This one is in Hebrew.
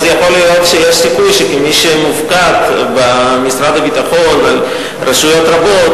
יכול להיות שיש סיכוי שכמי שמופקד במשרד הביטחון על רשויות רבות,